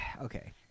okay